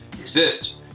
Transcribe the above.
exist